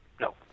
No